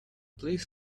please